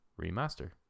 Remaster